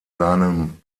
seinem